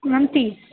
میم تیس